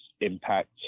impact